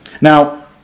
Now